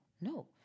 No